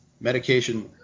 medication